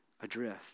adrift